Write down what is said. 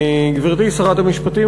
גברתי שרת המשפטים,